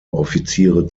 offiziere